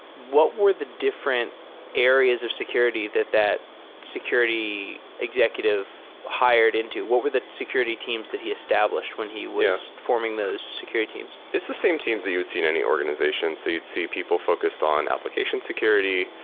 what were the different areas of security that that security executive hired into? what were the security teams that he established when he was forming those security teams? it's the same teams that you would see in any organization. so you'd see people focused on application security.